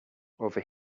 over